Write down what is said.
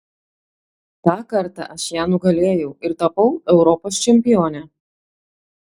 tą kartą aš ją nugalėjau ir tapau europos čempione